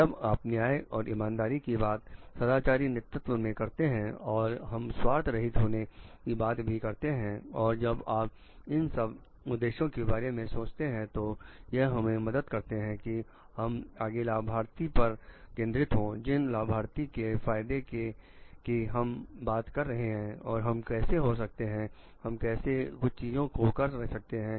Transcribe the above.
जब आप न्याय और इमानदारी की बात सदाचारी नेतृत्व में करते हैं और हम स्वार्थ रहित होने की बात भी करते हैं और जब आप इन सब उद्देश्यों के बारे में सोचते हैं तो यह हमें मदद करते हैं कि हम आगे लाभार्थियों पर केंद्रित हो जिन लाभार्थियों के फायदे कि हम बात कर रहे हैं और हम कैसे हो सकते हैं हम कैसे कुछ चीजों को कर सकते हैं